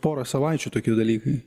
pora savaičių tokie dalykai